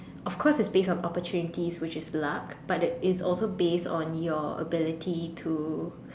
of course is based on opportunity which is luck but then is also based on your ability to